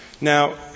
Now